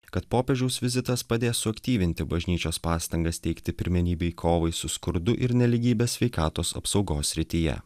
kad popiežiaus vizitas padės suaktyvinti bažnyčios pastangas teikti pirmenybei kovai su skurdu ir nelygybe sveikatos apsaugos srityje